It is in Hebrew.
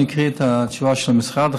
אני אקריא את התשובה של המשרד,